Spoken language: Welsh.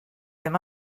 ddim